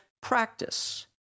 practice